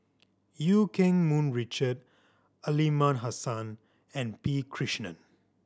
Eu Keng Mun Richard Aliman Hassan and P Krishnan